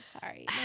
Sorry